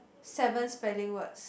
seven spelling words